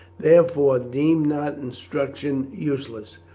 therefore deem not instruction useless,